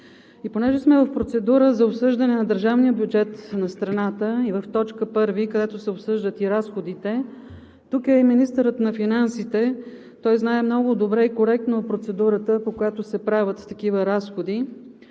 И понеже сме в процедура за обсъждане на държавния бюджет на страната, и в т. 1, където се обсъждат и разходите, тук е министърът на финансите. Той знае много добре и коректно процедурата, по която се правят такива разходи,